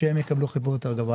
שהן יקבלו חיבור יותר גבוה.